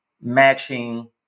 matching